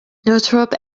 northrop